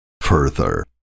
Further